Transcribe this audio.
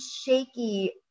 shaky